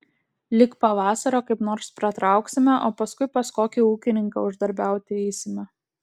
lig pavasario kaip nors pratrauksime o paskui pas kokį ūkininką uždarbiauti eisime